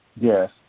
Yes